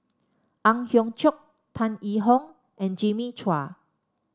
Ang Hiong Chiok Tan Yee Hong and Jimmy Chua